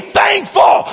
thankful